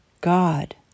God